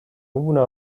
uno